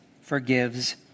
forgives